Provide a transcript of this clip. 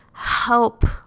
help